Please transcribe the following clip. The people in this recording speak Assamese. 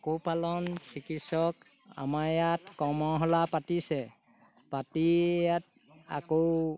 পশুপালন চিকিৎসক আমাৰ ইয়াত কৰ্মশালা পাতিছে পাতি ইয়াত আকৌ